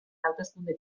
hauteskunde